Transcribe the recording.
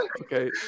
Okay